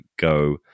go